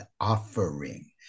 offering